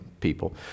people